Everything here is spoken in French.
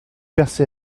percé